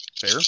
Fair